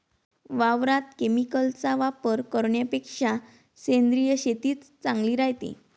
वावरात केमिकलचा वापर करन्यापेक्षा सेंद्रिय शेतीच चांगली रायते